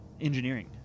engineering